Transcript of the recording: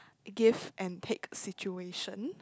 give and take situation